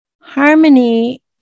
harmony